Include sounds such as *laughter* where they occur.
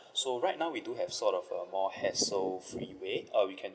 *breath* so right now we do have sort of um more hassle free way uh we can